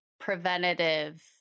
Preventative